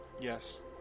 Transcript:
yes